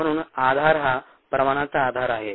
म्हणून आधार हा प्रमाणाचा आधार आहे